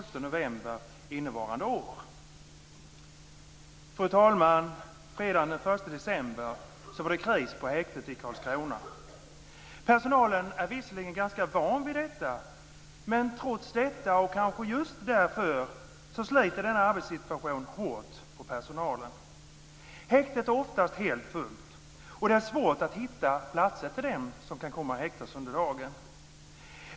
Fredagen den 1 december var det kris på häktet i Karlskrona. Personalen är visserligen ganska van vid detta, men trots det, och kanske just därför, sliter denna arbetssituation hårt på personalen. Häktet är oftast helt fullt, och det är svårt att hitta platser till dem som kan komma att häktas under dagen.